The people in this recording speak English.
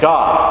God